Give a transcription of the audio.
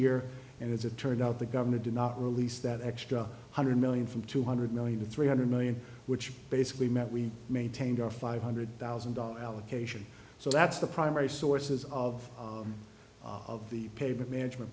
year and as it turned out the government did not release that extra hundred million from two hundred million to three hundred million which basically meant we maintained our five hundred thousand dollars allocation so that's the primary sources of of the paper management